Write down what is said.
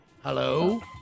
Hello